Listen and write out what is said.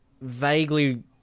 vaguely